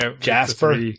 Jasper